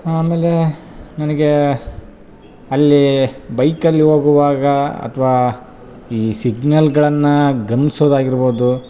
ಆಮೇಲೆ ನನಗೆ ಅಲ್ಲೀ ಬೈಕ್ಲ್ಲಿ ಹೋಗುವಾಗ ಅಥ್ವ ಈ ಸಿಗ್ನಲ್ಗಳನ್ನು ಗಮನಿಸೋದಾಗಿರ್ಬೋದು